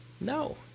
No